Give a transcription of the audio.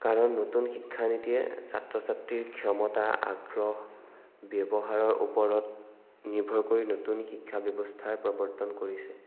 কাৰণ নতুন শিক্ষানীতিয়ে ছাত্ৰ ছাত্ৰীৰ ক্ষমতা আগ্ৰহ ব্যৱহাৰৰ ওপৰত নিৰ্ভৰ কৰি নতুন শিক্ষা ব্যৱস্থাৰ প্ৰৱৰ্তন কৰিছে